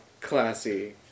classy